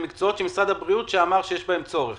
אלו מקצועות שמשרד הבריאות אמר שיש בהם צורך.